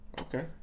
Okay